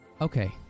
Okay